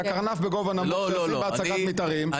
זה הקרנף בגובה נמוך שעושים בהצגת מתארים,